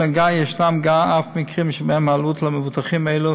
ישנם אף מקרים שבהם העלות למבוטחים אלו